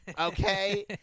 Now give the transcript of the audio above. okay